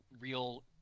real